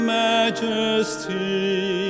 majesty